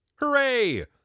Hooray